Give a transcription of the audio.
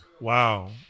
Wow